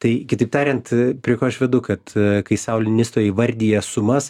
tai kitaip tariant prie ko aš vedu kad kai sauli nisto įvardija sumas